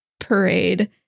parade